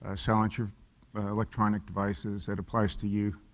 ah silence your electronic devices, that applies to you,